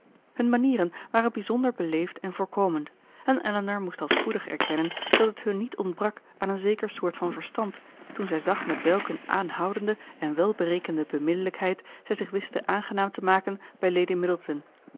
hun manieren waren bijzonder beleefd en voorkomend en elinor moest al spoedig erkennen dat het hun niet ontbrak aan een zeker soort van verstand toen zij zag met welk een aanhoudende en welberekende beminnelijkheid zij zich wisten aangenaam te maken bij lady middleton